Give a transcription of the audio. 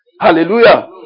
Hallelujah